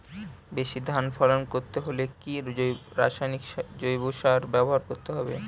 বেশি ধান ফলন করতে হলে কি রাসায়নিক জৈব সার ব্যবহার করতে হবে?